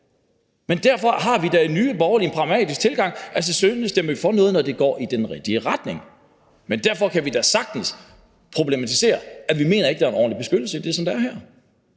burde være. Så vi har i Nye Borgerlige en pragmatisk tilgang til det, så vi selvfølgelig stemmer for noget, når det går i den rigtige retning, men derfor kan vi da sagtens problematisere, at vi ikke mener, at der er en ordentlig beskyttelse i det, der er her.